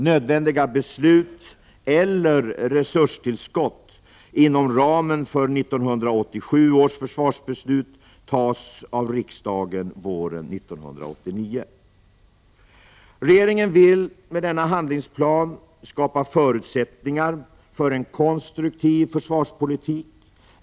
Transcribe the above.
Nödvändiga beslut eller resurstillskott inom ramen för 1987 Regeringen vill med denna handlingsplan skapa förutsättningar för en konstruktiv försvarspolitik.